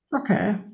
Okay